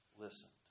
listened